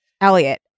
Elliot